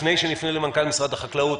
לפני שנפנה למנכ"ל משרד החקלאות,